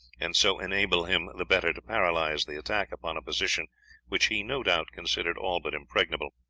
and so enable him the better to paralyze the attack upon a position which he no doubt considered all but impregnable.